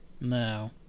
No